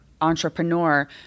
entrepreneur